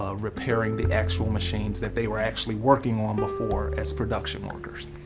ah repairing the actual machines that they were actually working on before as production workers.